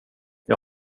jag